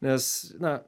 nes na